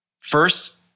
first